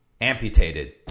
amputated